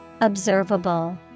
observable